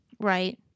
Right